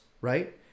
right